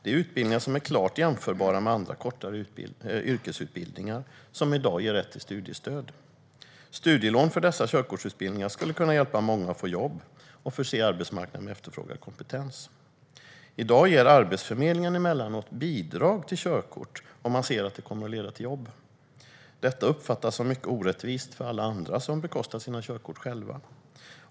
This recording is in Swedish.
Det är utbildningar som är klart jämförbara med andra kortare yrkesutbildningar som i dag ger rätt till studiestöd. Studielån för dessa körkortsutbildningar skulle kunna hjälpa många att få jobb och förse arbetsmarknaden med efterfrågad kompetens. I dag ger Arbetsförmedlingen emellanåt bidrag till körkort om man ser att det kommer att leda till jobb. Detta uppfattas som mycket orättvist för alla andra, som bekostat sina körkort själva.